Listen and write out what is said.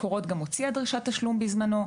מקורות גם הוציאה דרישת תשלום בזמנו,